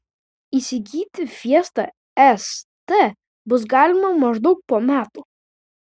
įsigyti fiesta st bus galima maždaug po metų